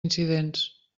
incidents